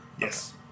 yes